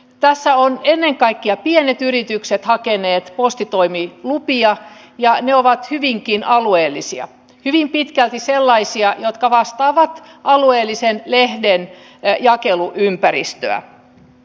tässä ovat ennen kaikkea pienet yritykset hakeneet postitoimilupia ja ne ovat hyvinkin alueellisia hyvin pitkälti sellaisia jotka vastaavat alueellisen lehden jakeluympäristöä